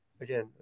again